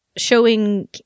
Showing